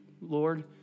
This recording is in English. Lord